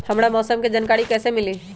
हमरा मौसम के जानकारी कैसी मिली?